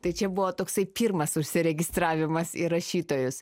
tai čia buvo toksai pirmas užsiregistravimas į rašytojus